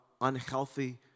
unhealthy